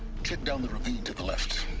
check down the ravine to the left.